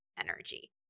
energy